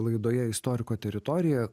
laidoje istoriko teritorija